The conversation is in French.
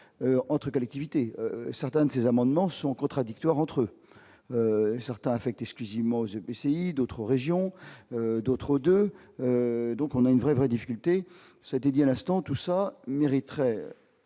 entre collectivités, certains de ces amendements sont contradictoires entre certains affectés ce quasiment aux MPCI d'autres régions, d'autres 2, donc on a une vraie, vraie difficulté, dit à l'instant, tout ça mériterait